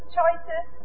choices